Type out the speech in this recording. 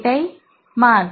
এটাই মার্গ